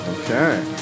Okay